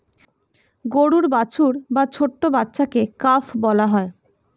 গরুর বাছুর বা ছোট্ট বাচ্ছাকে কাফ বলা হয়